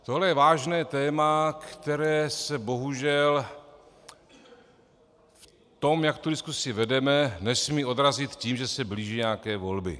Tohle je vážné téma, které se bohužel v tom, jak tu diskusi vedeme, nesmí odrazit tím, že se blíží nějaké volby.